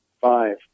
five